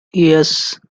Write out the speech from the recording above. yes